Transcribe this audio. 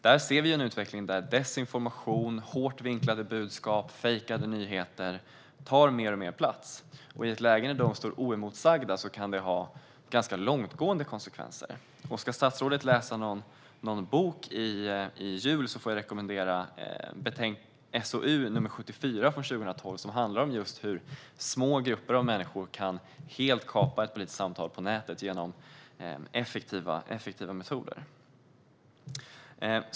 Där ser vi en utveckling där desinformation, hårt vinklade budskap och fejkade nyheter tar mer och mer plats. I ett läge där detta står oemotsagt kan det få ganska långtgående konsekvenser. Om statsrådet ska läsa en bok i jul rekommenderar jag SOU 2012:74 som handlar om hur små grupper av människor helt kan kapa ett politiskt samtal på nätet genom effektiva metoder.